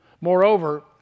Moreover